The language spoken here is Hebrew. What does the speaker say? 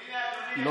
הינה, אדוני.